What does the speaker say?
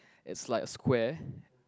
is like a square